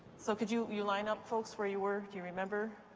so could you you line up, folks, where you were? do you remember?